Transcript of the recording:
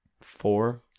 four